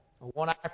One-hour